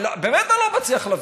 באמת אני לא מצליח להבין.